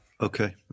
okay